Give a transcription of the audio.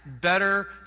better